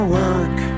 work